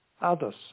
others